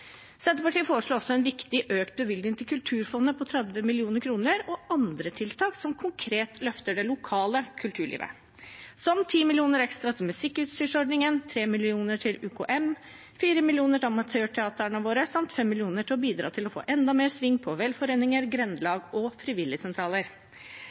Senterpartiet foreslår også en viktig økt bevilgning til Kulturfondet på 30 mill. kr og andre tiltak som konkret løfter det lokale kulturlivet, som 10 mill. kr ekstra til musikkutstyrsordningen, 3 mill. kr til UKM, 4 mill. kr til amatørteatrene våre, samt 5 mill. kr til å få enda mer sving på velforeninger,